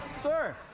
sir